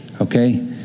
okay